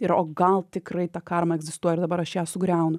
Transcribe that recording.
ir o gal tikrai ta karma egzistuoja ir dabar aš ją sugriaunu